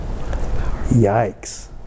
yikes